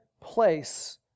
place